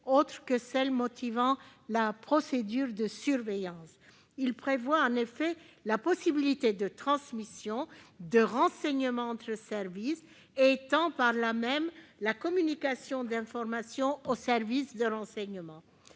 autres que celles qui motivent la procédure de surveillance. En effet, il prévoit la transmission de renseignements entre services et étend par là même la communication d'informations aux services de renseignement.